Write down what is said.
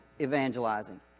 evangelizing